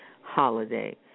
holiday